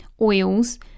oils